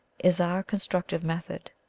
is our construc tive method.